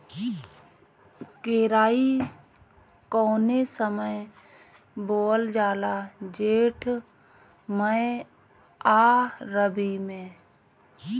केराई कौने समय बोअल जाला जेठ मैं आ रबी में?